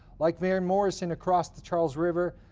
like van morrison across the charles river,